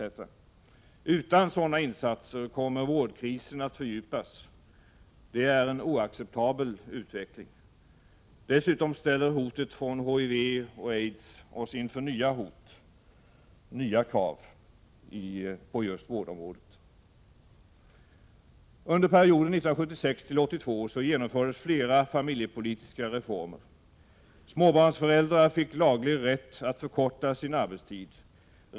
Utan sådana insatser kommer vårdkrisen att fördjupas. Det är en oacceptabel utveckling. Dessutom ställer hotet från HIV och aids oss inför nya krav på just vårdområdet. Under perioden 1976—1982 genomfördes flera familjepolitiska reformer. Småbarnsföräldrar fick laglig rätt att förkorta sin arbetstid.